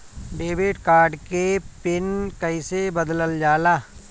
Debit card के pin कईसे बदलल जाला?